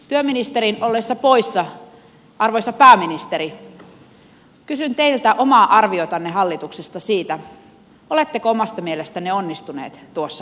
työministerin ollessa poissa arvoisa pääministeri kysyn teiltä omaa arviotanne hallituksesta siitä oletteko omasta mielestänne onnistuneet tuossa hankkeessa